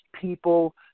people